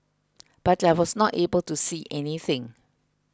but I was not able to see anything